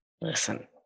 Listen